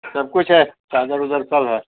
سب کچھ ہے چادر اودر سب ہے